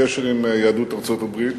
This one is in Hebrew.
הקשר עם יהדות ארצות-הברית,